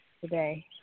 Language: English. today